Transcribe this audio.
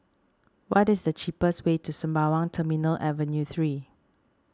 what is the cheapest way to Sembawang Terminal Avenue three